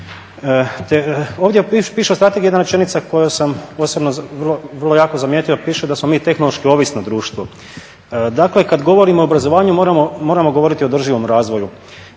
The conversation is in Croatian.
Ovdje piše ostatak, jedna rečenica koju sam osobno vrlo jako zamijetio, piše da smo mi tehnološki ovisno društvo. Dakle, kad govorimo o obrazovanju moramo govoriti o održivom razvoju.